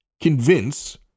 convince